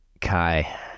Kai